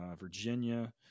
virginia